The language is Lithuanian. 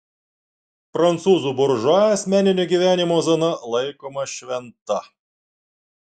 prancūzų buržua asmeninio gyvenimo zona laikoma šventa